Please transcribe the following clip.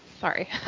Sorry